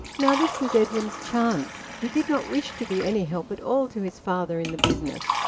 now this was edwin's chance. he did not wish to be any help at all to his father in the business.